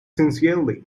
sincerely